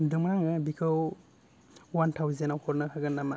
नुदोंमोन आङो बेखौ अवान थाउजेण्डआव हरनो हागोन नामा